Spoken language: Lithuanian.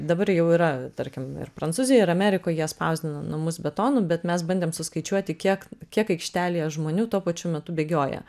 dabar jau yra tarkim ir prancūzijoj ir amerikoj jie spausdina namus betonu bet mes bandėm suskaičiuoti kiek kiek aikštelėje žmonių tuo pačiu metu bėgioja